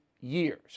years